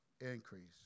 increase